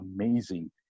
amazing